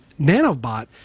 nanobot